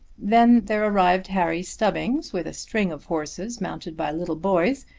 then there arrived henry stubbings with a string of horses, mounted by little boys,